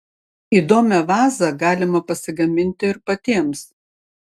įdomią vazą galima pasigaminti ir patiems